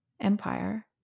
empire